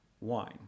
wine